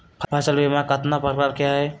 फसल बीमा कतना प्रकार के हई?